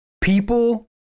People